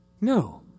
No